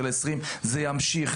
של 20. זה ימשיך,